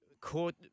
court